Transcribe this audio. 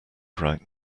right